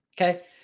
Okay